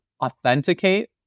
authenticate